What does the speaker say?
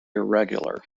irregular